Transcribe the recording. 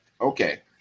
Okay